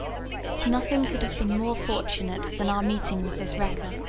nothing could have been more fortunate than our meeting with this wrecker,